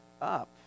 up